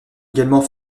également